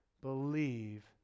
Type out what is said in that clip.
believe